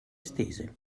estese